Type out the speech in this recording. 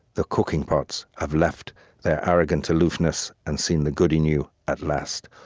the cooking pots have left their arrogant aloofness and seen the good in you at last.